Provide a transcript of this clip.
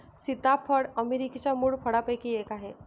सीताफळ अमेरिकेच्या मूळ फळांपैकी एक आहे